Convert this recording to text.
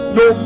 no